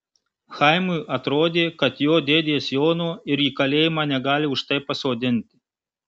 chaimui atrodė kad jo dėdės jono ir į kalėjimą negali už tai pasodinti